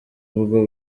ubwo